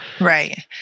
right